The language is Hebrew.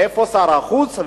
איפה שר החוץ?